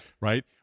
right